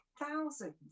thousands